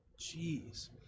Jeez